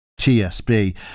TSB